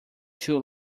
two